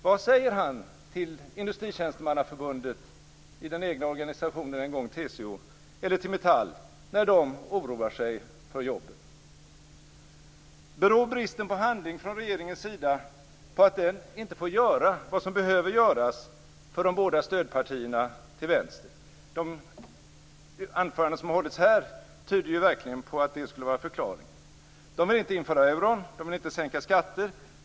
Vad säger han till Industritjänstemannaförbundet i den en gång egna organisationen TCO eller till Metall när de oroar sig för jobben? Beror bristen på handling från regeringens sida på att den inte får göra vad som behöver göras för de båda stödpartierna till vänster? De anföranden som har hållits här tyder verkligen på att det skulle vara förklaringen. De vill inte införa euron. De vill inte sänka skatter.